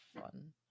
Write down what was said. fun